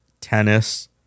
tennis